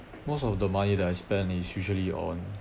most of the money that I spend is usually on